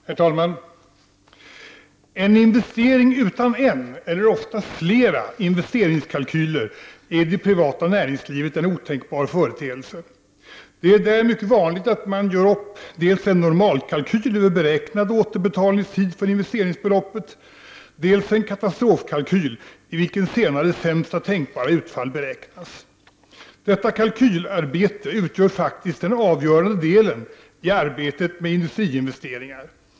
Herr talman! En investering utan en — eller ofta flera — investeringskalkyler är i det privata näringslivet en otänkbar företeelse. Det är där mycket vanligt att man gör upp dels en ”normalkalkyl” över beräknad återbetalningstid för investeringsbeloppet, dels en ”katastrofkalkyl”, i vilken senare sämsta tänkbara utfall beräknas. Detta kalkylarbete utgör faktiskt den avgörande delen i arbetet med industriinvesteringar.